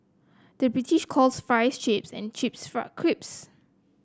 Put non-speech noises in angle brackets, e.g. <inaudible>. the British calls fries chips and chips <unintelligible>